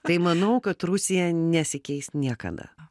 tai manau kad rusija nesikeis niekada